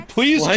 Please